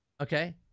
Okay